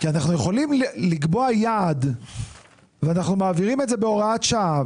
אנחנו יכולים לקבוע יעד ואנחנו מעבירים את זה בהוראת שעה.